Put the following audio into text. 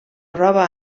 roba